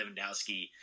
Lewandowski